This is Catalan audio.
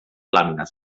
làmines